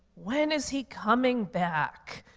when is he coming back?